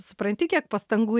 supranti kiek pastangų